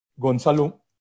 Gonzalo